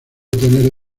tener